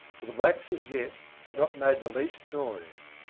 for the blacks as yet had not made the least noise.